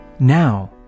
Now